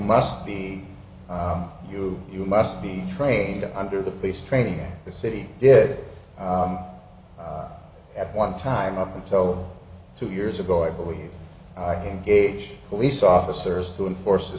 must be you you must be trained under the police training in the city did at one time up until two years ago i believe in gauge police officers to enforce the